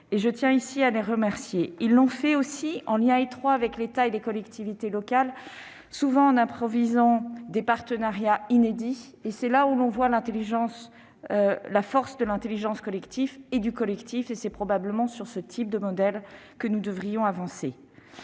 Je tiens ici à les en remercier. Ils ont agi en lien étroit avec l'État et les collectivités locales, souvent en improvisant des partenariats inédits. Cela démontre la force de l'intelligence collective et du collectif, et c'est probablement sur ce type de modèles que nous devrions avancer.